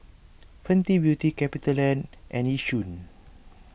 Fenty Beauty CapitaLand and Yishion